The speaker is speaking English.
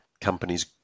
companies